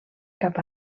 cap